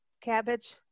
cabbage